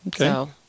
Okay